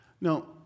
Now